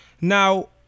Now